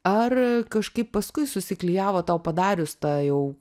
ar kažkaip paskui susiklijavo tau padarius tą jau